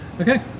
Okay